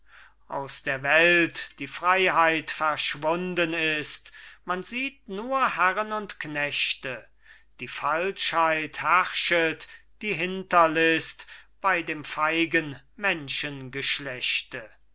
aus der welt die freiheit verschwunden ist man sieht nur herren und knechte die falschheit herrschet die hinterlist bei dem feigen